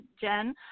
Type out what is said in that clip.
Jen